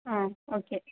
ஆ okay